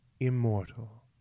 immortal